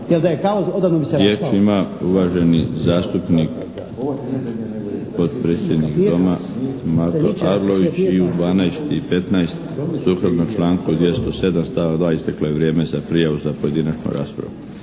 Riječ ima uvaženi zastupnik potpredsjednik Doma Mato Arlović i u 12 i 15 sukladno članku 207. stavak 2. isteklo je vrijeme za prijavu za pojedinačnu raspravu.